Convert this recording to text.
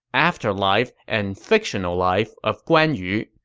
afterlife, and fictional life of guan yu.